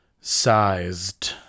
sized